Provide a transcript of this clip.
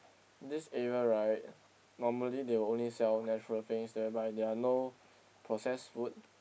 this area right normally they will only sell natural things whereby there are no processed food